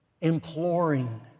imploring